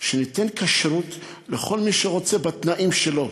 שניתן כשרות לכל מי שרוצה, בתנאים שלו.